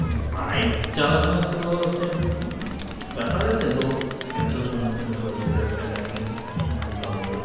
bike চালানো তো একটা ব্যাপার আছে তো সেখানে তো সম্মুখীন হতে পার যেহেতু একটা মেশিন যন্ত্র